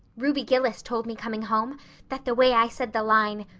ruby gillis told me coming home that the way i said the line,